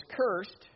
cursed